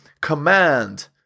command